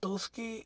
तो उसकी